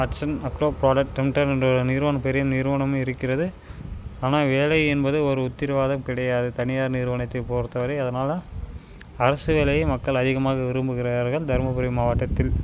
Hatsun agro product limited என்ற நிறுவனம் பெரிய நிறுவனம் இருக்கிறது ஆனால் வேலை என்பது ஒரு உத்திரவாதம் கிடையாது தனியார் நிறுவனத்தை பொறுத்த வரை அதனால அரசு வேலையையே மக்கள் அதிகமாக விரும்புகிறார்கள் தருமபுரி மாவட்டத்தில்